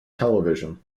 television